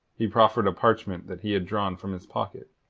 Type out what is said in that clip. he proffered a parchment that he had drawn from his pocket.